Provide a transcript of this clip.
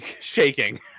shaking